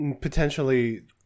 potentially